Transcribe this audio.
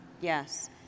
Yes